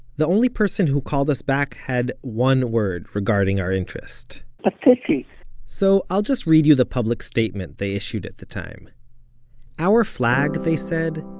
the only person who called us back had one word regarding our interest ah pateti so i'll just read you the public statement they issued at the time our flag, they said,